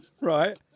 Right